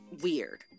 weird